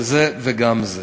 זה זה וגם זה.